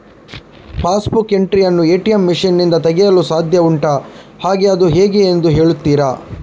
Pass book entry ಯನ್ನು ATM machine ನಿಂದ ತೆಗೆಯಲು ಸಾಧ್ಯ ಉಂಟಾ ಹಾಗೆ ಅದು ಹೇಗೆ ಎಂದು ಹೇಳುತ್ತೀರಾ?